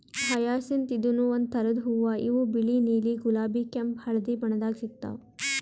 hyacinth ಇದೂನು ಒಂದ್ ಥರದ್ ಹೂವಾ ಇವು ಬಿಳಿ ನೀಲಿ ಗುಲಾಬಿ ಕೆಂಪ್ ಹಳ್ದಿ ಬಣ್ಣದಾಗ್ ಸಿಗ್ತಾವ್